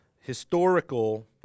historical